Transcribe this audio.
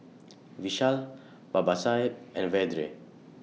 Vishal Babasaheb and Vedre